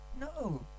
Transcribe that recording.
No